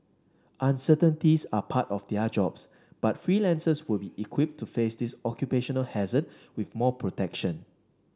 uncertainties are part of their jobs but freelancers will be equipped to face this occupational hazard with more protection